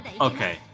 Okay